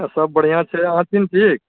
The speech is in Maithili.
सब बढ़िआँ छै अहाँ ठीक छी